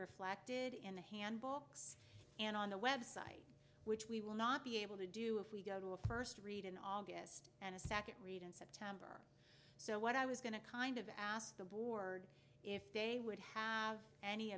reflected in the handbooks and on the website which we will not be able to do if we go to a first read in august and a sakit read in september so what i was going to kind of ask the board if they would have any